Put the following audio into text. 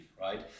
right